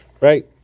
Right